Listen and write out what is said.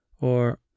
Or